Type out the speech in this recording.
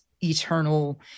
eternal